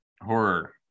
horror